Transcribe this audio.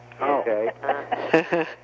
Okay